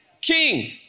king